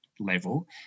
level